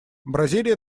бразилия